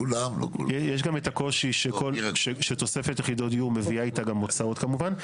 יש גם את הקושי שתוספת יחידות דיור מביאה איתה גם הוצאות כמובן,